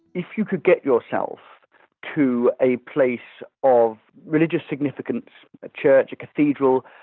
if you could get yourself to a place of religious significance a church, a cathedral,